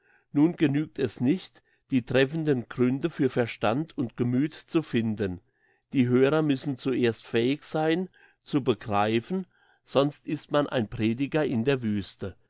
nun genügt es nicht die treffenden gründe für verstand und gemüth zu finden die hörer müssen zuerst fähig sein zu begreifen sonst ist man ein prediger in der wüste